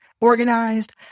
organized